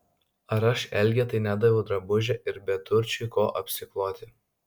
ar aš elgetai nedaviau drabužio ir beturčiui kuo apsikloti